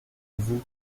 vous